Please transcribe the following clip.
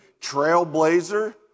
trailblazer